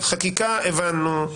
חקיקה, הבנו.